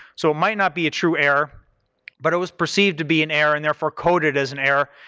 so it might not be a true error but it was perceived to be an error and, therefore, coded as an error.